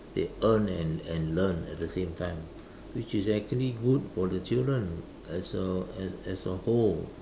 they earn and and learn at the same time which is actually good for the children as a as a whole